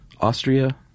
Austria